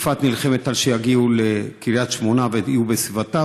יפעת נלחמת על כך שיגיעו לקריית שמונה ולסביבתה,